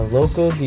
local